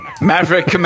maverick